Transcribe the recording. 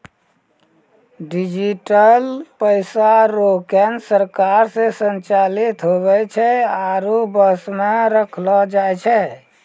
digital पैसा रो केन्द्र सरकार से संचालित हुवै छै आरु वश मे रखलो जाय छै